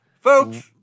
Folks